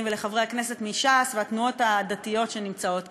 ולחברי הכנסת מש"ס והתנועות הדתיות שנמצאות כאן: